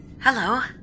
Hello